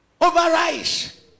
Overrise